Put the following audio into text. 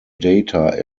data